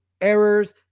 errors